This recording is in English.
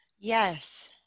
Yes